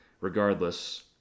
regardless